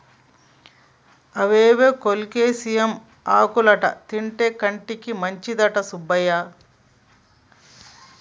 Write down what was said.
అవేవో కోలేకేసియం ఆకులంటా తింటే కంటికి మంచిదంట సుబ్బయ్య